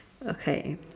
okay